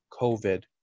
COVID